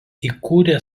įkūrė